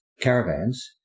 caravans